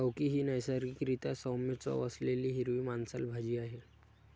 लौकी ही नैसर्गिक रीत्या सौम्य चव असलेली हिरवी मांसल भाजी आहे